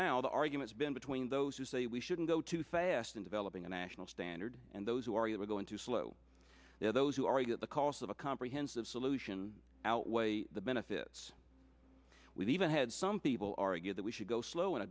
now the arguments between those who say we shouldn't go too fast in developing a national standard and those who are you are going to slow there are those who argue that the cost of a comprehensive solution outweigh the benefits we've even had some people argue that we should go slow in